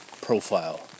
profile